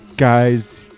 Guys